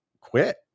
quit